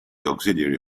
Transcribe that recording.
auxiliary